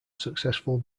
successful